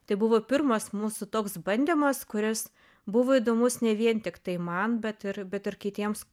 tai buvo pirmas mūsų toks bandymas kuris buvo įdomus ne vien tiktai man bet ir bet ir kitiems